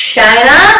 China